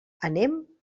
anem